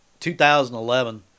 2011